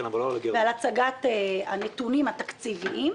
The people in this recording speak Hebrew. ועל הצגת הנתונים התקציביים.